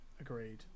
agreed